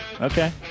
Okay